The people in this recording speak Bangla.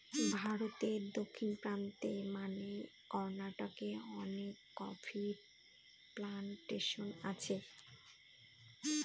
ভারতে দক্ষিণ প্রান্তে মানে কর্নাটকে অনেক কফি প্লানটেশন আছে